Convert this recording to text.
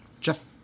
Jeff